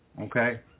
Okay